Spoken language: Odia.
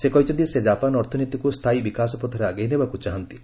ସେ କହିଛନ୍ତି ସେ ଜାପାନ ଅର୍ଥନୀତିକୁ ସ୍ଥାୟୀ ବିକାଶପଥରେ ଆଗେଇ ନେବାକୁ ଚାହାନ୍ତି